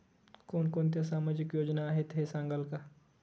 कोणकोणत्या सामाजिक योजना आहेत हे सांगाल का?